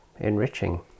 enriching